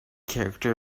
character